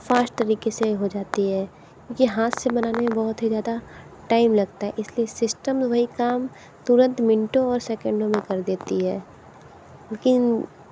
fast तरीक़े से हो जाती है क्योंकि हाथ से बनाने में बहुत ही ज़्यादा टाइम लगता है इस लिए सिस्टम में वही काम तुरंत मिंटो और सेकेंडो में कर देती है लेकिन